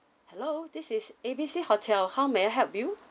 hello this is A B C hotel how may I help you